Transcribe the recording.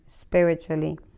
spiritually